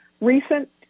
Recent